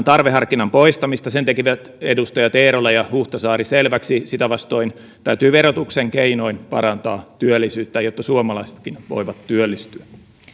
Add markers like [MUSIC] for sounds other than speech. [UNINTELLIGIBLE] tarveharkinnan poistamista sen tekivät edustajat eerola ja huhtasaari selväksi sitä vastoin täytyy verotuksen keinoin parantaa työllisyyttä jotta suomalaisetkin voivat työllistyä